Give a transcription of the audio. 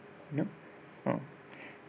you know uh